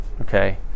Okay